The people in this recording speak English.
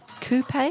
Coupe